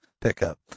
pickup